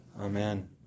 Amen